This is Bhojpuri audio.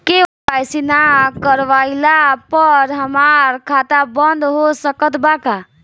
के.वाइ.सी ना करवाइला पर हमार खाता बंद हो सकत बा का?